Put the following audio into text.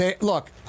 Look